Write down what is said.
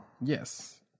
Yes